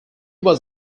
was